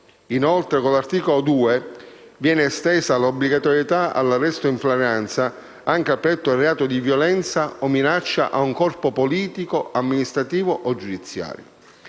Inoltre, con l'articolo 2 viene estesa l'obbligatorietà dell'arresto in flagranza anche al predetto reato di violenza o minaccia ad un corpo politico, amministrativo o giudiziario.